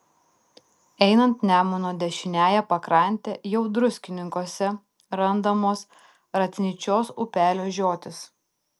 einant nemuno dešiniąja pakrante jau druskininkuose randamos ratnyčios upelio žiotys